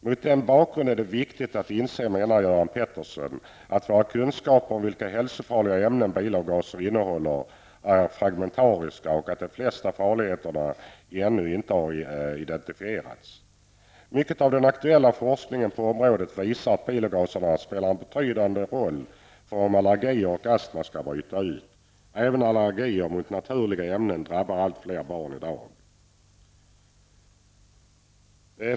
Mot den bakgrunden är det viktigt att inse, menar Göran Petersson, att våra kunskaper om vilka hälsofarliga ämnen bilavgaser innehåller är fragmentariska och att de flesta farligheterna ännu inte har identifierats. Mycket av den aktuella forskningen på området visar att bilavgaserna spelar en betydande roll för om allergier och astma skall bryta ut eller inte. Även allergier mot naturliga ämnen drabbar alltfler barn i dag.